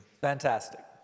Fantastic